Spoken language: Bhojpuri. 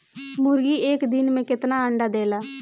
मुर्गी एक दिन मे कितना अंडा देला?